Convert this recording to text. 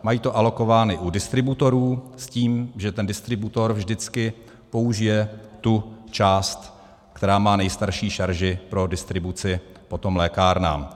Mají to alokováno u distributorů s tím, že ten distributor vždycky použije tu část, která má nejstarší šarži, pro distribuci potom lékárnám.